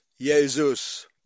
Jesus